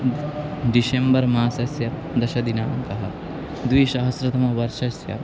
December मासस्य दशमदिनाङ्कः द्विसहस्रतमवर्षस्य